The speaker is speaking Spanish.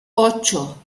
ocho